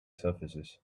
surfaces